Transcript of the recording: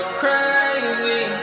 crazy